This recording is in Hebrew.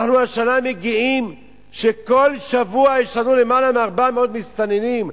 אנחנו השנה מגיעים בכל שבוע ללמעלה מ-400 מסתננים,